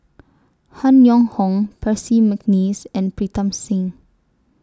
Han Yong Hong Percy Mcneice and Pritam Singh